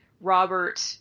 Robert